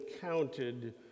counted